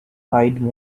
eyed